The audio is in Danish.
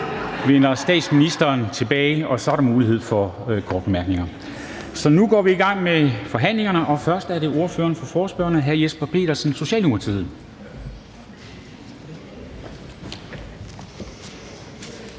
vender statsministeren tilbage, og så er der mulighed for korte bemærkninger. Så nu går vi i gang med forhandlingerne, og først er det ordføreren for forespørgerne, hr. Jesper Petersen, Socialdemokratiet.